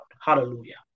Hallelujah